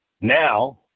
Now